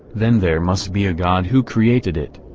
then there must be a god who created it.